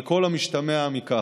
על כל המשתמע מכך.